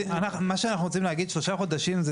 מה שאנחנו רוצים להגיד שלושה חודשים זה